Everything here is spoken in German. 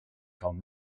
kaum